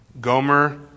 Gomer